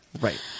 right